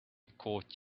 caught